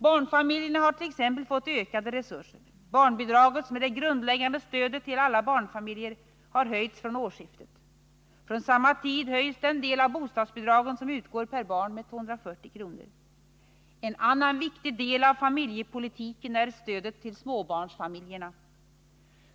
Barnfamiljerna har t.ex. fått ökade resurser. Barnbidraget, som är det grundläggande stödet till alla barnfamiljer, har höjts från årsskiftet. En annan viktig del av familjepolitiken är stödet till småbarnsfamiljerna.